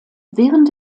während